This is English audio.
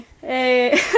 hey